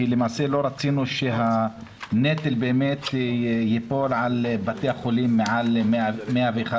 כי למעשה לא רצינו שהנטל ייפול על בתי החולים מעל 101.5%,